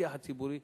בשיח הציבורי,